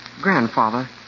Grandfather